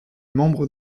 membre